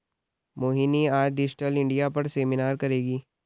मोहिनी आज digital India पर seminar करेगी